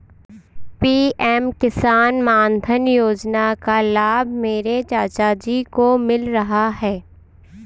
PM किसान मानधन योजना का लाभ मेरे चाचा जी को मिल रहा है